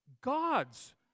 God's